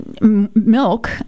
milk